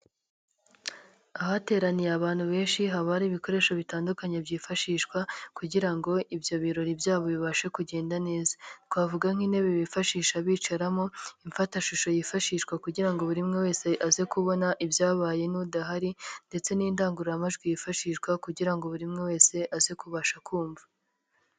ahateraniye abantu benshi haba ari ibikoresho bitandukanye byifashishwa kugira ngo ibyo birori byabo bibashe kugenda neza, twavuga nk'intebe bifashisha bicaramo, imfatashusho yifashishwa kugira ngo buri umwe wese aze kubona ibyabaye n'udahari, ndetse n'indangururamajwi yifashishwa kugira ngo buri muntu wese aze kubasha kumva.